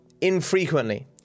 Infrequently